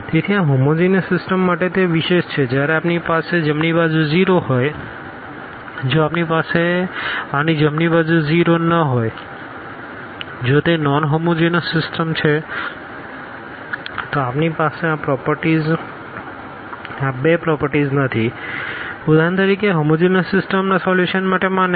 તેથી આ homogeneous system માટે તે વિશેષ છે જ્યારે આપણી પાસે જમણી બાજુ 0 હોય જો આપણી પાસે આની જમણી બાજુ 0 ન હોય જો તે નોન હોમોજીનસ સિસ્ટમ છે તો આપણી પાસે આ પ્રોપરટીઝ આ બે પ્રોપરટીઝ નથી ઉદાહરણ તરીકે હોમોજીનસ સિસ્ટમના સોલ્યુશન માટે માન્ય છે